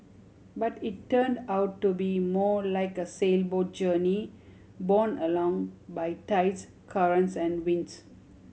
but it turned out to be more like a sailboat journey borne along by tides currents and winds